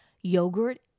yogurt